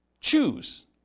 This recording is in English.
choose